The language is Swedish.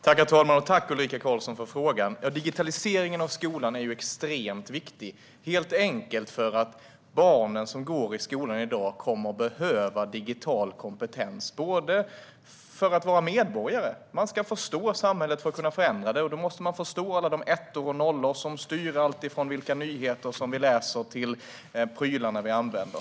Herr talman! Jag tackar Ulrika Carlsson för frågan. Digitaliseringen av skolan är extremt viktig. Anledningen till det är helt enkelt att barnen som går i skolan i dag kommer att behöva digital kompetens. De kommer att behöva den som medborgare. Man ska förstå samhället för att kunna förändra det. Då måste man förstå alla de ettor och nollor som styr alltifrån nyheterna vi läser till prylarna vi använder.